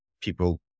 people